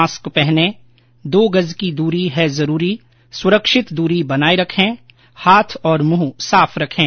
mask पहनें दो गज की दूरी है जरूरी सुरक्षित दूरी बनाए रखें हाथ और मुंह साफ रखें